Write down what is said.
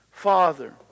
Father